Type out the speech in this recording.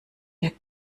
der